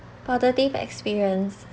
positive experience